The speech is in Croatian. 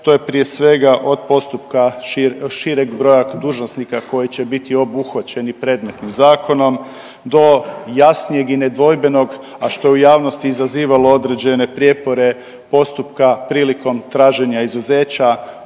to je prije svega od postupka šireg broja dužnosnika koji će biti obuhvaćeni predmetnim zakonom do do jasnijeg i nedvojbenog, a što u javnosti izazivalo određene prijepore postupka prilikom traženja izuzeća.